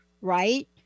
right